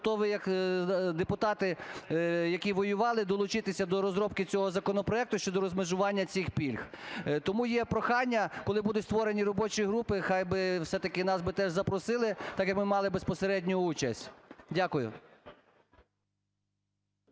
готовий як депутати, які воювали, долучитися до розробки цього законопроекту: щодо розмежування цих пільг. Тому є прохання, коли будуть створені робочі групи, хай би все-таки нас би теж запросили, так як ми мали безпосередню участь. Дякую.